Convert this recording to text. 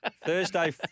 Thursday